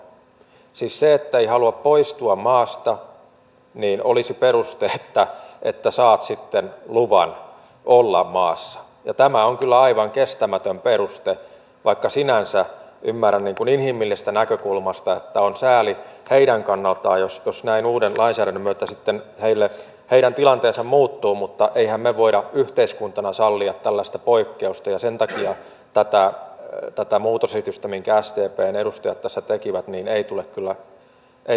siis se ettei halua poistua maasta olisi peruste että saat sitten luvan olla maassa ja tämä on kyllä aivan kestämätön peruste vaikka sinänsä ymmärrän niin kuin inhimillisestä näkökulmasta että on sääli heidän kannaltaan jos näin uuden lainsäädännön myötä sitten heidän tilanteensa muuttuu mutta emmehän me voi yhteiskuntana sallia tällaista poikkeusta ja sen takia tätä muutosesitystä minkä sdpn edustajat tässä tekivät ei tule kannattaa